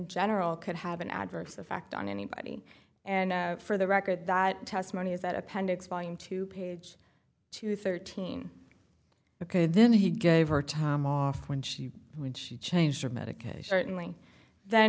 general could have an adverse effect on anybody and for the record that testimony is that appendix volume two page two thirteen ok then he gave her time off when she when she changed her medication certainly then